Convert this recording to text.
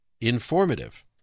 informative